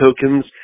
tokens